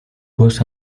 was